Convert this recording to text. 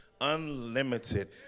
unlimited